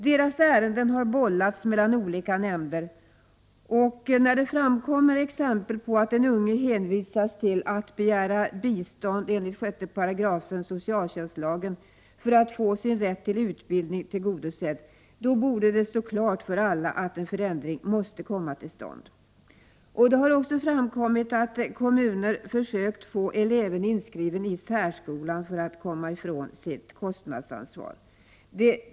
Deras ärenden har bollats mellan olika nämnder, och när det framkommer exempel på att den unge hänvisas till att begära bistånd enligt 6 § socialtjänstlagen för att få sin rätt till utbildning tillgodosedd borde det stå klart för alla att en förändring måste komma till stånd. Det har också framkommit att kommuner har försökt att få elever inskrivna i särskolan för att kommunen skulle komma ifrån sitt kostnadsansvar.